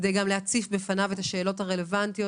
להציף בפניו את השאלות הרלוונטיות.